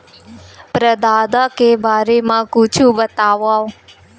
प्रदाता के बारे मा कुछु बतावव?